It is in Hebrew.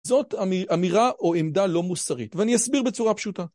זאת אמירה או עמדה לא מוסרית, ואני אסביר בצורה פשוטה.